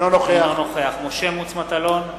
אינו נוכח משה מטלון,